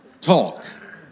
talk